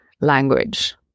language